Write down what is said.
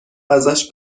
ازش